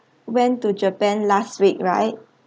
went to japan last week right